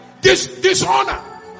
Dishonor